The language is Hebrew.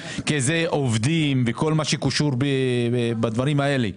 כי זה עובדים וכל מה שקשור בדברים האלה.